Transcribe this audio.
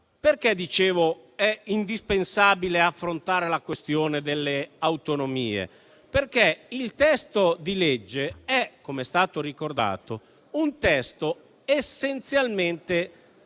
natura. Dicevo che è indispensabile affrontare la questione delle autonomie, perché il testo di legge è, come è stato ricordato, un testo essenzialmente